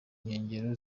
nkengero